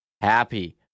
happy